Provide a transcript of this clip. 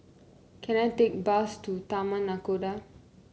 can I take bus to Taman Nakhoda